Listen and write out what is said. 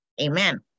Amen